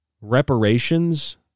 reparations